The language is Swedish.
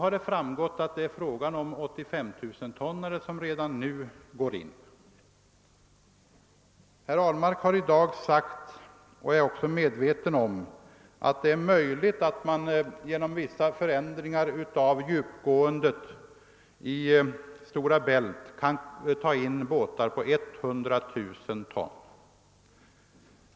Redan nu går 85 000-tonnare in i Östersjön. Herr Ahlmark har sagt — jag är också medveten om det — att det är möjligt att genom vissa förändringar i djupgåendet i Stora Bält ta in båtar på 100 000 ton.